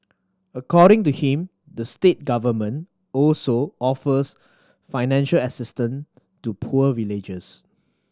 according to him the state government also offers financial assistance to poor villagers